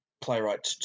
playwright